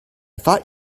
thought